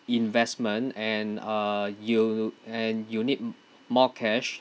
investment and uh you and you need more cash